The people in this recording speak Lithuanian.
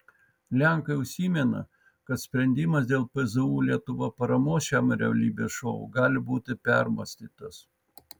lenkai užsimena kad sprendimas dėl pzu lietuva paramos šiam realybės šou gali būti permąstytas